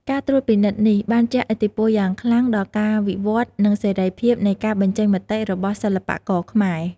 ការត្រួតពិនិត្យនេះបានជះឥទ្ធិពលយ៉ាងខ្លាំងដល់ការវិវត្តន៍ និងសេរីភាពនៃការបញ្ចេញមតិរបស់សិល្បករខ្មែរ។